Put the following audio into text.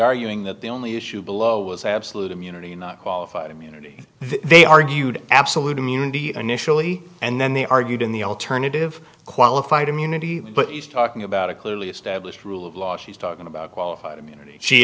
arguing that the only issue below was absolute immunity not qualified immunity they argued absolute immunity initially and then they argued in the alternative qualified immunity but he's talking about a clearly established rule of law she's talking about qualified immunity she